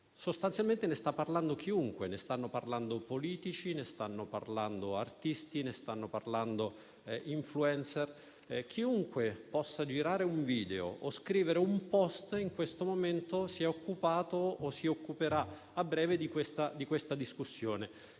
Sostanzialmente ne sta parlando chiunque, ne stanno parlando politici, artisti e *influencer*. Chiunque possa girare un video o scrivere un *post* in questo momento si è occupato o si occuperà a breve di questa discussione